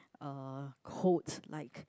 uh codes like